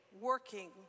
working